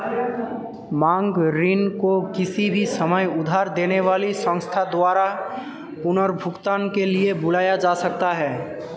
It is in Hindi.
मांग ऋण को किसी भी समय उधार देने वाली संस्था द्वारा पुनर्भुगतान के लिए बुलाया जा सकता है